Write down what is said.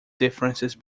differences